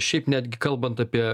šiaip netgi kalbant apie